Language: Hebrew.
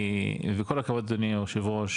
וכל הכבוד אדוני היושב ראש,